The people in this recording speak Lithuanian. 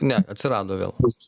ne atsirado vėl